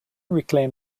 reclaim